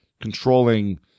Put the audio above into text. controlling